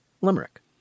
limerick